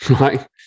right